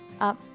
Up